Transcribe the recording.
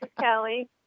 Kelly